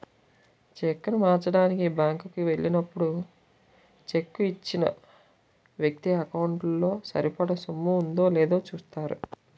చెక్కును మార్చడానికి బ్యాంకు కి ఎల్లినప్పుడు చెక్కు ఇచ్చిన వ్యక్తి ఎకౌంటు లో సరిపడా సొమ్ము ఉందో లేదో చూస్తారు